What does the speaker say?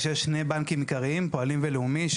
כשיש שני בנקים עיקריים: פועלים ולאומי,